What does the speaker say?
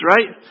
Right